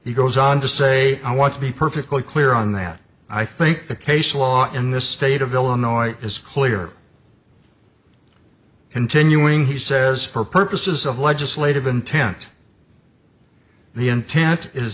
he goes on to say i want to be perfectly clear on that i think the case law in this state of illinois is clear continuing he says for purposes of legislative intent the intent is